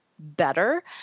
Better